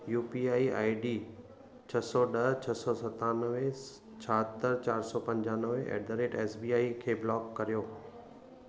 U P I I D छह सौ ॾह छह सौ सतानवे छाहतरि चारि सौ पंजानवे at the rate S B I खे ब्लॉक कर्यो